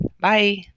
Bye